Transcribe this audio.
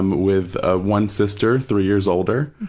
with ah one sister, three years older.